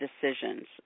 decisions